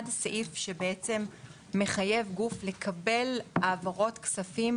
סעיף אחד מחייב את הגוף לקבל העברות כספים